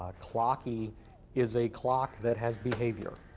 ah clocky is a clock that has behavior,